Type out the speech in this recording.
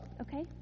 Okay